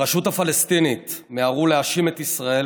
ברשות הפלסטינית מיהרו להאשים את ישראל,